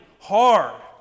hard